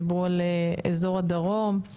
דיברו על אזור הדרום,